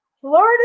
Florida